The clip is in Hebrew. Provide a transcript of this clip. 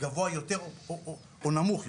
גבוה יותר או נמוך יותר.